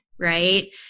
right